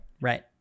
Right